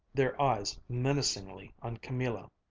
their eyes menacingly on camilla.